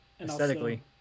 aesthetically